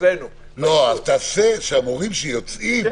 אז תעשה שהמורים שיוצאים